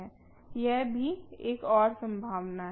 यह भी एक और संभावना है